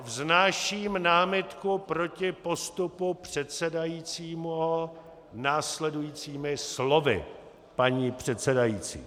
Vznáším námitku proti postupu předsedajícího následujícími slovy, paní předsedající.